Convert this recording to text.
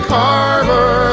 harbor